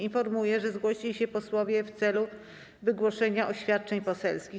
Informuję, że zgłosili się posłowie w celu wygłoszenia oświadczeń poselskich.